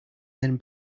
then